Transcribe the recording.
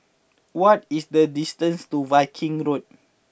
what is the distance to Viking Road